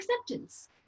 acceptance